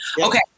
Okay